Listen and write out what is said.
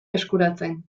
eskuratzen